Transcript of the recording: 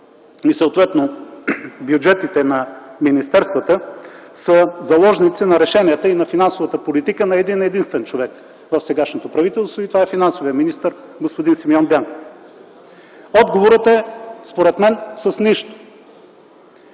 съответно бюджетите на министерствата, са заложници на решенията и на финансовата политика на един единствен човек в сегашното правителство и това е финансовият министър господин Симеон Дянков. Според мен отговорът е – с нищо.